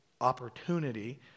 opportunity